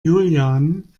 julian